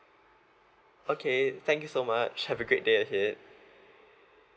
okay thank you so much have a great day ahead